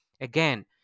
again